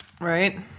Right